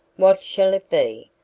what shall it be?